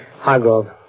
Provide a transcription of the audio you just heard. Hargrove